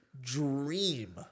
dream